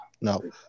No